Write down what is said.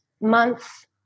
months